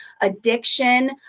addiction